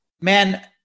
man